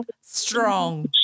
strong